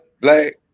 black